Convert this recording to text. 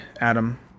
Adam